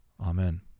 Amen